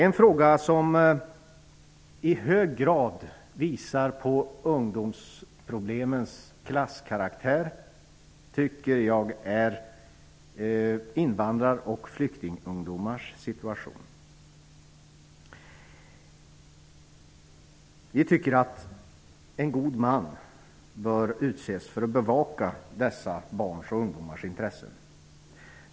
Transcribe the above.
En fråga som jag tycker i hög grad visar på ungdomsproblemens klasskaraktär är invandraroch flyktingungdomars situation. Vi tycker att en god man bör utses för att bevaka dessa barns och ungdomars intressen.